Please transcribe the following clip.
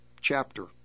chapter